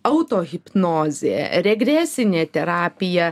auto hipnozė regresinė terapija